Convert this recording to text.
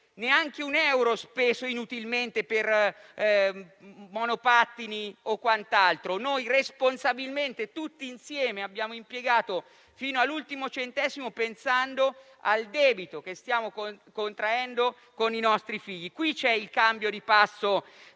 neanche un euro speso inutilmente per monopattini o quant'altro. Noi, responsabilmente, tutti insieme, abbiamo impiegato fino all'ultimo centesimo pensando al debito che stiamo contraendo con i nostri figli. Qui c'è il cambio di passo